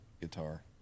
guitar